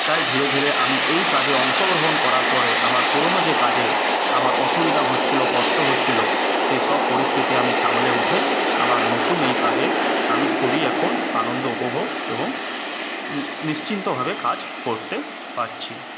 তাই ধীরে ধীরে আমি এই কাজে অংশগ্রহণ করার পরে আমার পুরোনো যে কাজে আমার অসুবিধা হচ্ছিল কষ্ট হচ্ছিলো সেইসব পরিস্থিতি আমি সামলে উঠে আমার নতুন এই কাজে আমি খুবই এখন আনন্দ উপভোগ এবং নিশ্চিন্তভাবে কাজ করতে পারছি